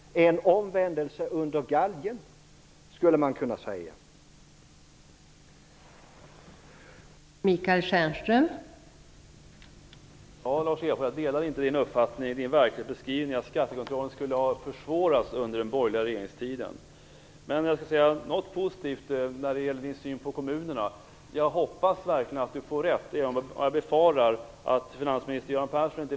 En omvändelse under galgen skulle man kunna tala om.